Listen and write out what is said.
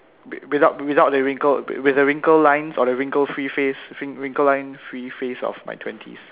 without without the wrinkles with the wrinkle lines or the wrinkle free face wrinkle line free face of my twenties